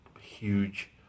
huge